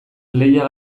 lehia